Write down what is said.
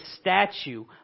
statue